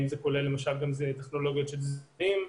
האם זה כולל למשל גם טכנולוגיות של זיהוי פנים,